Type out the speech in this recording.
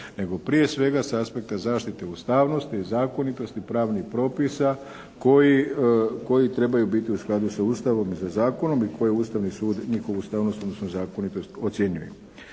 nego prije svega s aspekta zaštite ustavnosti i zakonitosti pravnih propisa koji, koji trebaju biti u skladu sa Ustavom i sa zakonom i koji Ustavni sud njihovu ustavnost odnosno zakonitost ocjenjuje.